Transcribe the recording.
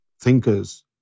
thinkers